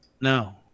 No